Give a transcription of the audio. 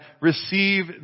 receive